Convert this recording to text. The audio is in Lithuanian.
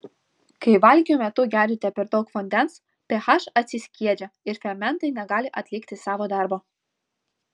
kai valgio metu geriate per daug vandens ph atsiskiedžia ir fermentai negali atlikti savo darbo